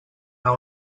anar